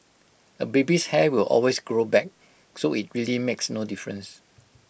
A baby's hair will always grow back so IT really makes no difference